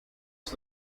ist